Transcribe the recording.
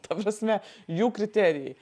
ta prasme jų kriterijai